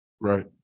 Right